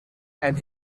and